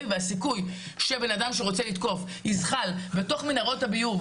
והסיכוי שבן אדם שרוצה לתקוף יזחל לתוך מנהרות הביוב,